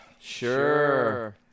Sure